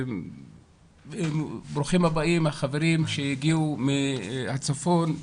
ברוכים הבאים, החברים שהגיעו מהצפון,